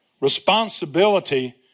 responsibility